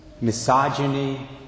misogyny